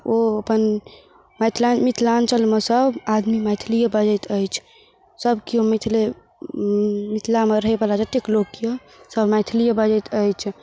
ओ अपन मिथिला मिथिलाञ्चलमे सब आदमी मैथिलिये बजैत अछि सब केओ मिथिले मिथिलामे रहयवला जतेक लोक यऽ सब मैथिलिये बजैत अछि